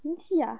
你吃呀